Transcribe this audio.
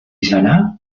izana